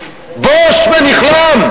בוש ונכלם.